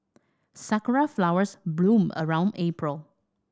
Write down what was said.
sakura flowers bloom around April